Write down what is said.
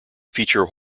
features